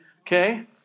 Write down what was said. Okay